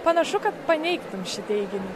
panašu kad paneigtum šį teiginį